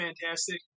fantastic